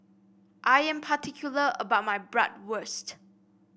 I am particular about my Bratwurst